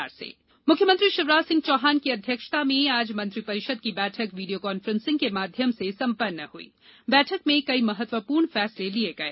cabinet बैठक मुख्यमंत्री शिवराज सिंह चौहान की अध्यक्षता में आज मंत्रि परिषद की बैठक वीडियो कांफ्रेंसिंग के माध्यम से संपन्न हुई बैठक में कई महत्वपूर्ण फैसले लिये गये